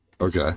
okay